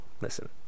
listen